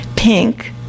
Pink